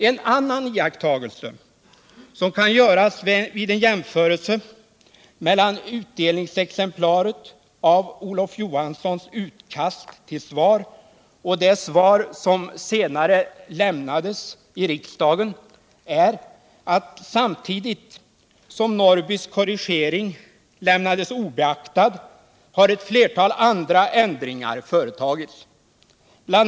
En annan iakttagelse som kan göras vid en jämförelse mellan delningsexemplaret av Olof Johanssons utkast till svar och det svar som senare lämnades i riksdagen är att samtidigt som Norrbys korrigeringar lämnades obeaktade har ett flertal andra ändringar företagits. Bl.